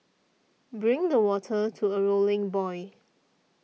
bring the water to a rolling boil